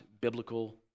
biblical